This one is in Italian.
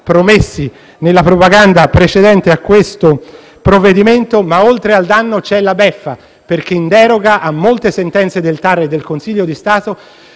promesso nella propaganda precedente al provvedimento in esame. Ma, oltre al danno c'è la beffa, perché, in deroga a molte sentenze del TAR e del Consiglio di Stato,